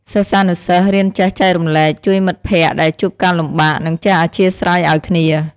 សិស្សានុសិស្សរៀនចេះចែករំលែក ជួយមិត្តភក្តិដែលជួបការលំបាក និងចេះអធ្យាស្រ័យឲ្យគ្នា។